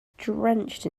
drenched